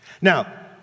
Now